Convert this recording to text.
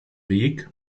weg